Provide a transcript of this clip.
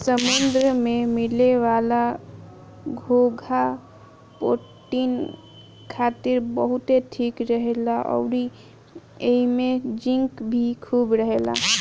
समुंद्र में मिले वाला घोंघा प्रोटीन खातिर बहुते ठीक रहेला अउरी एइमे जिंक भी खूब रहेला